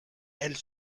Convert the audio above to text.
elle